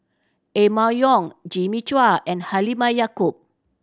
Emma Yong Jimmy Chua and Halimah Yacob